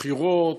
בחירות.